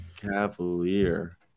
Cavalier